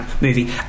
movie